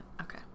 okay